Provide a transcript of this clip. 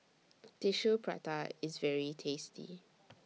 Tissue Prata IS very tasty